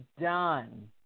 done